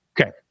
Okay